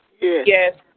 Yes